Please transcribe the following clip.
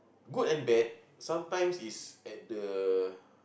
good and bad sometimes it's at the